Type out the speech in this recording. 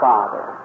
Father